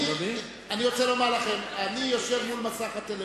אני רוצה לומר לכם, אני יושב מול מסך הטלוויזיה,